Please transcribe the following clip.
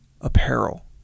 apparel